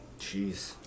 Jeez